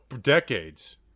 decades